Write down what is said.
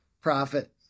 profit